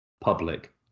public